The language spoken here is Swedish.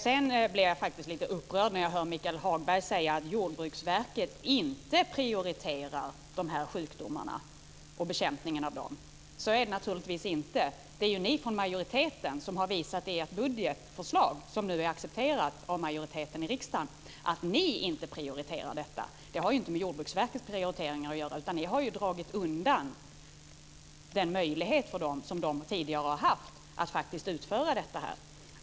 Jag blir faktiskt lite upprörd när jag hör Michael Hagberg säga att Jordbruksverket inte prioriterar bekämpningen av sjukdomarna. Så är det naturligtvis inte. Det är ni från majoriteten som i ert budgetförslag, som nu är accepterat av majoriteten i riksdagen, som inte prioriterar detta. Det har inte med Jordbruksverkets prioriteringar att göra. Ni har dragit undan den möjlighet som det tidigare har haft att utföra det arbetet.